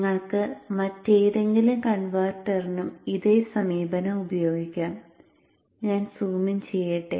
നിങ്ങൾക്ക് മറ്റേതെങ്കിലും കൺവെർട്ടറിനും ഇതേ സമീപനം ഉപയോഗിക്കാം ഞാൻ സൂം ഇൻ ചെയ്യട്ടെ